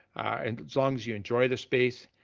and long as you enjoy the space,